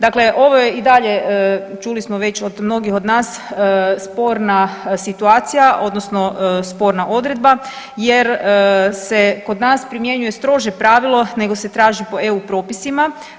Dakle, ovo je i dalje čuli smo već od mnogih od nas sporna situacija odnosno sporna odredba, jer se kod nas primjenjuje strože pravilo nego se traži po EU propisima.